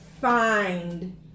find